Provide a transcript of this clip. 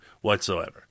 whatsoever